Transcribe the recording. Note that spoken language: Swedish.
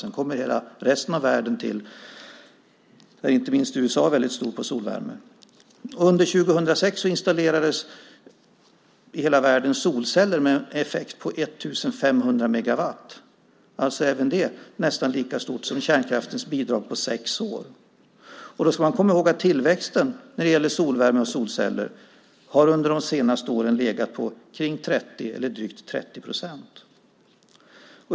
Sedan kommer resten av världen till, där inte minst USA är stora på solvärme. Under 2006 installerades i hela världen solceller med en effekt på 1 500 megawatt, alltså även det nästan lika stort som kärnkraftens bidrag på sex år. Man ska komma ihåg att tillväxten när det gäller solvärme och solceller under de senaste åren har legat kring drygt 30 procent.